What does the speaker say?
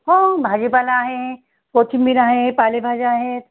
हो हो भाजीपाला आहे कोथिंबीर आहे पालेभाज्या आहेत